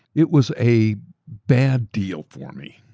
it was a bad deal for me.